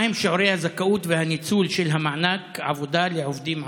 1. מהם שיעורי הזכאות והניצול של מענק העבודה לעובדים ערבים?